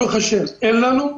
ברוך השם, אין חולים.